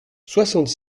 soixante